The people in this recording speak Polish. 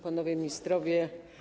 Panowie Ministrowie!